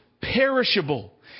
perishable